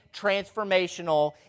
transformational